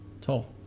tall